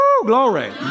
glory